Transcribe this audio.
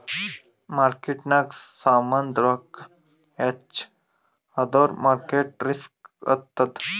ಮಾರ್ಕೆಟ್ನಾಗ್ ಸಾಮಾಂದು ರೊಕ್ಕಾ ಹೆಚ್ಚ ಆದುರ್ ಮಾರ್ಕೇಟ್ ರಿಸ್ಕ್ ಆತ್ತುದ್